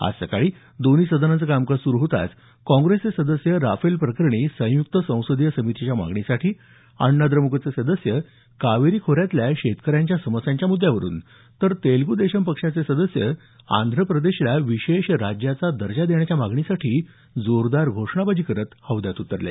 आज सकाळी दोन्ही सदनांचं कामकाज सुरू होताच काँग्रेसचे सदस्य राफेल प्रकरणी संयुक्त संसदीय समितीच्या मागणीसाठी तर अण्णाद्रमुकचे सदस्य कावेरी खोऱ्यातल्या शेती समस्यांच्या मुद्यावरुन तेलग्रदेशम पक्षाचे सदस्य आंध्रप्रदेशला विशेष राज्याचा दर्जा देण्याच्या मागणीसाठी जोरदार घोषणाबाजी करत हौद्यात उतरले